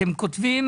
אתם כותבים,